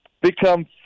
become